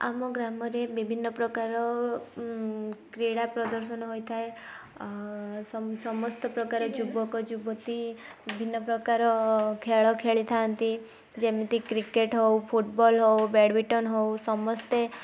ଆମ ଗ୍ରାମରେ ବିଭିନ୍ନ ପ୍ରକାରର କ୍ରିଡ଼ା ପ୍ରଦର୍ଶନ ହୋଇଥାଏ ସମସ୍ତ ପ୍ରକାର ଯୁବକ ଯୁବତୀ ବିଭିନ୍ନ ପ୍ରକାର ଖେଳ ଖେଳିଥାନ୍ତି ଯେମିତି କ୍ରିକେଟ୍ ହେଉ ଫୁଟବଲ୍ ହେଉ ବ୍ୟାଡ଼ମିନ୍ଟନ୍ ହେଉ ସମସ୍ତେ